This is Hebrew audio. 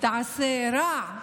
תעשה רע,